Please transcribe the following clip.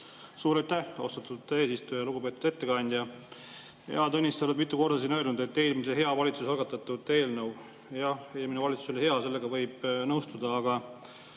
Suur aitäh, austatud eesistuja! Lugupeetud ettekandja! Hea Tõnis, sa oled mitu korda siin öelnud, et see on eelmise hea valitsuse algatatud eelnõu. Jah, eelmine valitsus oli hea, sellega võib nõustuda, aga